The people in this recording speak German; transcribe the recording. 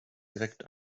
direkt